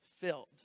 filled